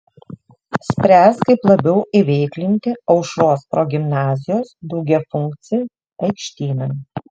spręs kaip labiau įveiklinti aušros progimnazijos daugiafunkcį aikštyną